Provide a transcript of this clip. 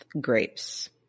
grapes